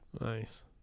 Nice